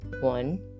One